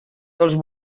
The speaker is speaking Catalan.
dels